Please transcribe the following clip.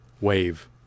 wave